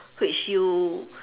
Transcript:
which you